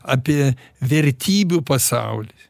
apie vertybių pasaulį